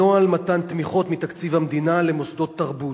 בנוהל מתן תמיכות מתקציב המדינה למוסדות תרבות.